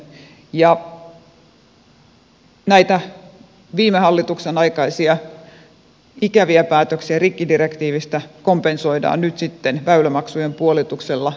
näitä viime hallituksen aikaisia ikäviä päätöksiä rikkidirektiivistä kompensoidaan nyt sitten väylämaksujen puolituksella rataveron poistolla